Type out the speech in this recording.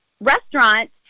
restaurant